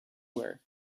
were